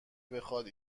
بخواد